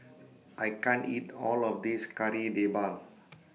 I can't eat All of This Kari Debal